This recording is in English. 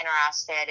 interested